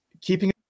keeping